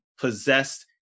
possessed